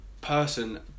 person